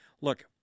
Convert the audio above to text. Look